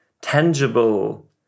tangible